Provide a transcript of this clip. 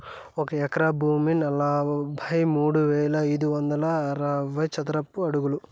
ఒక ఎకరా భూమి నలభై మూడు వేల ఐదు వందల అరవై చదరపు అడుగులు